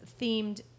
themed